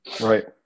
Right